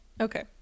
Okay